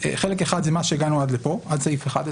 חלק אחד זה מה שהגענו עד לסעיף 11,